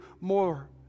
more